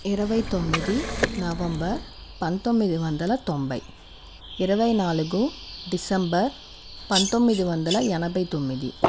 ఇరవై తొమ్మిది నవంబర్ పందొమ్మిది వందల తొంభై ఇరవై నాలుగు డిసెంబర్ పందొమ్మిది వందల ఎనభై తొమ్మిది